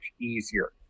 easier